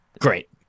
Great